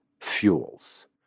fuels